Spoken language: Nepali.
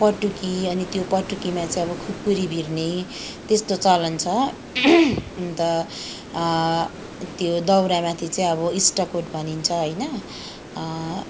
पटुकी अनि त्यो पटुकीमा चाहिँ अब खुकुरी भिर्ने त्यस्तो चलन छ अन्त त्यो दौरामाथि चाहिँ अब स्टकोट भनिन्छ होइन